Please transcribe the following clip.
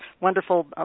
wonderful